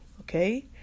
okay